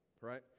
right